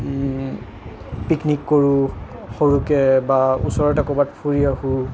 picnic কৰোঁ সৰুকৈ বা ওচৰতে ক'ৰবাত ফুৰি আহোঁ